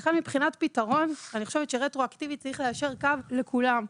לכן מבחינת פתרון אני חושבת שרטרואקטיבית צריך ליישר קו לכולם.